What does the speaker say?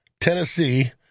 Tennessee